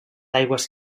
aigües